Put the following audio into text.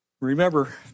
Remember